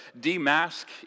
de-mask